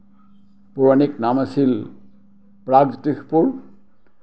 পৌৰাণিক নাম আছিল প্ৰাগজ্যোতিষপুৰ